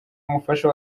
umufasha